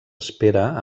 espera